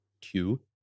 two